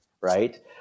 right